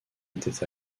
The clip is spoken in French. n’était